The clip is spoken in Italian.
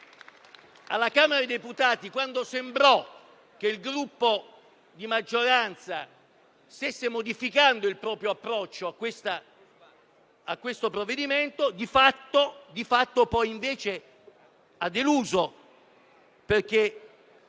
alla Camera dei deputati, quando sembrò che la maggioranza stesse modificando il proprio approccio a questo provvedimento, di fatto poi ha deluso perché,